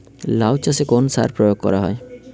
লাউ চাষে কোন কোন সার প্রয়োগ করা হয়?